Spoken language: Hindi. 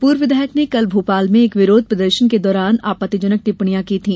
पूर्व विधायक ने कल भोपाल में एक विरोध प्रदर्शन के दौरान आपत्तिजनक टिप्पणियां की थी